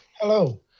Hello